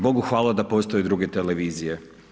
Bogu hvala da postoje druge televizije.